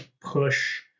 push